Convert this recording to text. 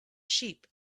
sheep